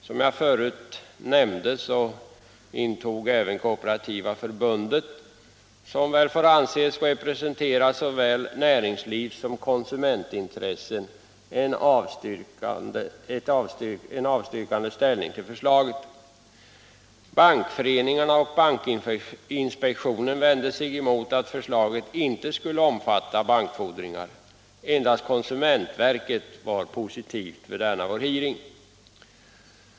Som jag förut nämnde intog även Kooperativa förbundet, som får anses representera såväl näringslivssom konsumentintressen, en avstyrkande ställning till förslaget. Bankföreningarna och bankinspektionen vände sig emot att förslaget inte skulle omfatta bankfordringar. Endast konsumentverket var positivt vid denna vår hearing.